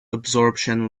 absorption